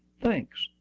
thanks.